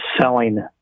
selling